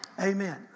Amen